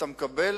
אתה מקבל